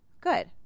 good